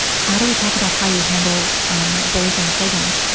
how do we talk about how you handle, um, bullies on the playground,